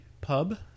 pub